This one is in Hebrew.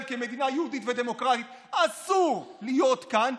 כמדינה יהודית ודמוקרטית אסור להיות כאן,